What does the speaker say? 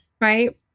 right